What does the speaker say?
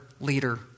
leader